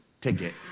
ticket